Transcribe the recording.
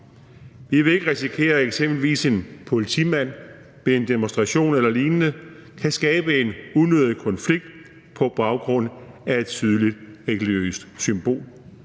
Vi vil ikke risikere, at eksempelvis en politimand ved en demonstration eller lignende kan skabe en unødig konflikt på baggrund af et tydeligt religiøst symbol.